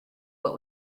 what